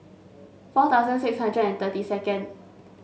four thousand six hundred and thirty second